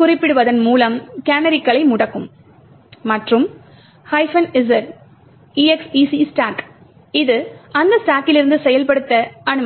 குறிப்பிடுவதன் மூலம் கேனரிகளை முடக்கும் மற்றும் z execstack இது அந்த ஸ்டாக்கிலிருந்து செயல்படுத்த அனுமதிக்கும்